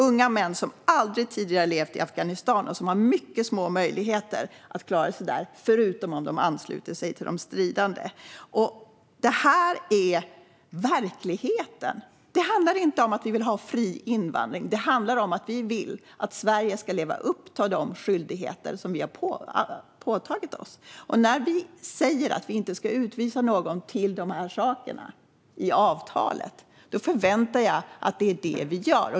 Unga män som aldrig tidigare har levt i Afghanistan har mycket små möjligheter att klara sig där förutom om de ansluter sig till de stridande. Det här är verkligheten. Det handlar inte om att vi vill ha fri invandring. Det handlar om att vi vill att Sverige ska leva upp till de skyldigheter som vi har påtagit oss. När vi i avtalet säger att vi inte ska utvisa någon till sådana situationer som jag nämnde förväntar jag mig att det är det vi gör.